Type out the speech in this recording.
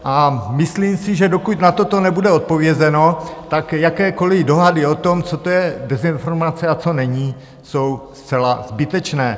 A myslím si, že dokud na toto nebude odpovězeno, tak jakékoliv dohady o tom, co to je dezinformace a co není, jsou zcela zbytečné.